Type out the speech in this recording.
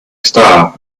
star